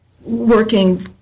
working